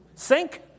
sink